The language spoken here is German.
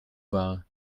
war